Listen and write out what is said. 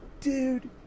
dude